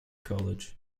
college